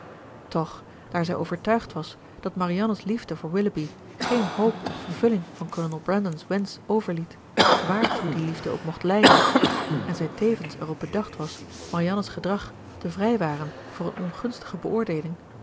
toch daar zij overtuigd was dat marianne's liefde voor willoughby geen hoop op vervulling van kolonel brandon's wensch overliet wààrtoe die liefde ook mocht leiden en zij tevens erop bedacht was marianne's gedrag te vrijwaren voor een ongunstige